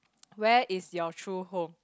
where is your true home